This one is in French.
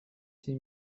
six